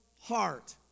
heart